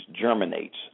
germinates